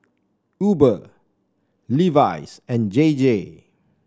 Uber Levi's and J J